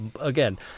again